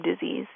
disease